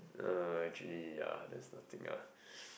uh actually yeah that's the thing ah